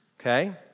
okay